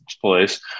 place